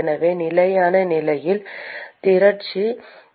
எனவே நிலையான நிலையில் திரட்சி 0